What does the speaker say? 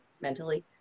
mentally